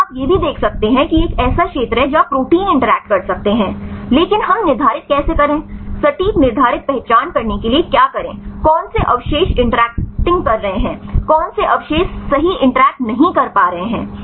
यहां आप यह भी देख सकते हैं कि यह ऐसा क्षेत्र है जहां प्रोटीन इंटरैक्ट कर सकते हैं लेकिन हम निर्धारित कैसे करे सटीक निर्धारित पहचान करने के लिए क्या करे कौन से अवशेष इंट्रक्टिंग कर रहे हैं कौन से अवशेष सही इंटरैक्ट नहीं कर रहे हैं